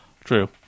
True